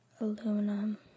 aluminum